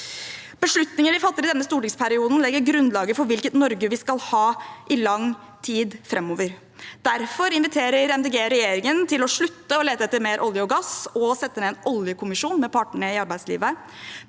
Beslutninger vi fatter i denne stortingsperioden, legger grunnlaget for hvilket Norge vi skal ha i lang tid framover. Derfor inviterer Miljøpartiet De Grønne regjeringen til å: – slutte å lete etter mer olje og gass og sette ned en oljekommisjon med partene i arbeidslivet